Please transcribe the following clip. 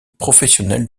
professionnel